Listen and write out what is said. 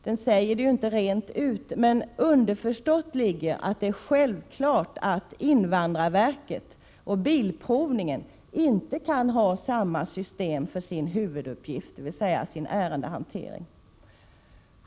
Det sägs ju inte rent ut, men underförstått ligger att det är självklart att invandrarverket och bilprovningen inte kan ha samma system för sina huvuduppgifter, dvs. sin ärendehantering.